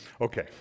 okay